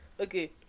okay